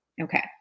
Okay